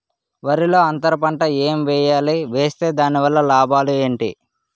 వరిలో అంతర పంట ఎం వేయాలి? వేస్తే దాని వల్ల లాభాలు ఏంటి?